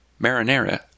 Marinara